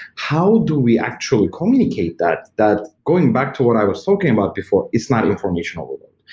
how do we actually communicate that, that going back to what i was talking about before is not informational workload?